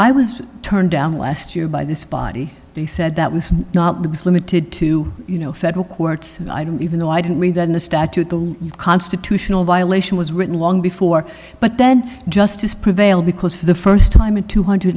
i was turned down last year by this body he said that was not just limited to you know federal courts and even though i didn't mean that in the statute the constitutional violation was written long before but then justice prevailed because for the first time in two hundred